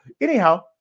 anyhow